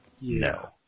No